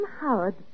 Howard